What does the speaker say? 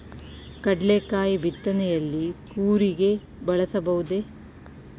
ಕಡ್ಲೆಕಾಯಿ ಬಿತ್ತನೆಯಲ್ಲಿ ಕೂರಿಗೆ ಬಳಸಬಹುದೇ?